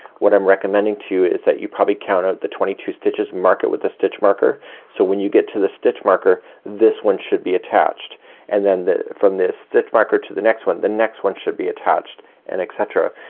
what i'm recommending to you is that you probably count out the twenty two stitches mark it with the stitch marker so when you get to the stitch marker this one should be attached and then the from this stitch marker to the next one, the next one should be attached and et cetera.